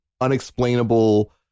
unexplainable